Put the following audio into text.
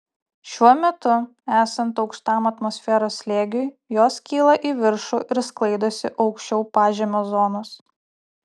šiuo metu esant aukštam atmosferos slėgiui jos kyla į viršų ir sklaidosi aukščiau pažemio zonos